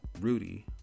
rudy